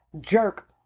jerk